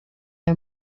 aya